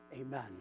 Amen